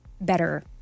better